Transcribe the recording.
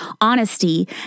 honesty